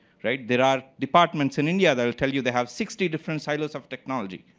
right? there are departments in india that will tell you they have sixty different silos of technology